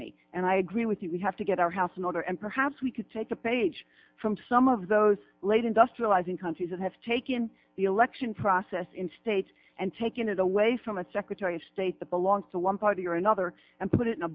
me and i agree with you we have to get our house in order and perhaps we could take a page from some of those late industrializing countries that have taken the election process in state and taken it away from a secretary of state that belongs to one party or another and put it in a